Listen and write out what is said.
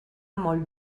molt